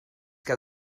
que